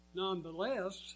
nonetheless